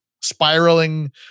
spiraling